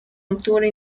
octubre